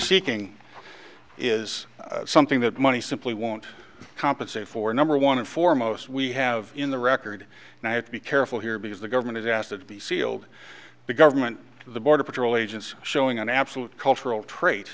seeking is something that money simply won't compensate for number one and foremost we have in the record and i have to be careful here because the government is asked it to be sealed the government the border patrol agents showing an absolute cultural trait